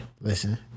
listen